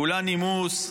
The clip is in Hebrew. כולה נימוס.